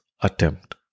attempt